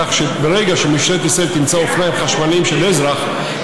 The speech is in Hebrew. כך שברגע שמשטרת ישראל תמצא אופניים חשמליים של אזרח,